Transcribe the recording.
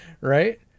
right